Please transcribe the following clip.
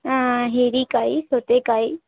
ಹಾಂ ಹೀರೇಕಾಯಿ ಸೌತೆಕಾಯಿ